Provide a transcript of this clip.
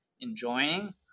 enjoying